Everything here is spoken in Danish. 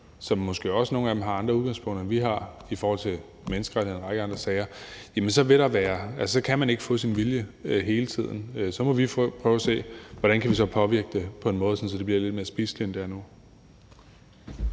som måske også for nogles vedkommende har andre udgangspunkter, end vi har i forhold til menneskerettigheder og en række andre sager, så kan man ikke få sin vilje hele tiden. Så må vi prøve at se, hvordan vi så kan påvirke det på en måde, så det bliver lidt mere spiseligt, end det er nu.